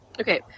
Okay